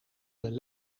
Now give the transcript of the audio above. zijn